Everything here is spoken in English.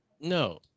No